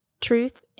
Truth